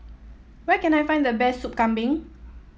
where can I find the best Sup Kambing